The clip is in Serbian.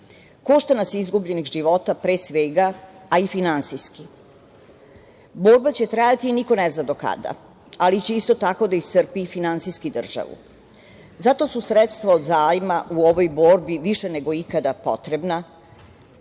Košta nas izgubljenih života pre svega, a i finansijski. Borba će trajati niko ne zna do kada, ali će isto tako da iscrpi i finansijski državu. Zato su sredstva od zajma u ovoj borbi više nego ikada potrebna